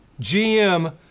GM